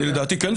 אליכם.